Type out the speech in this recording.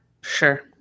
Sure